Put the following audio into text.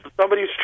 somebody's